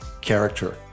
character